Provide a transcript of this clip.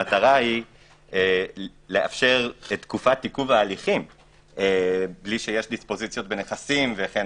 המטרה היא לאפשר תקופת עיכוב ההליכים בלי שיש דיספוזיציות בנכסים וכן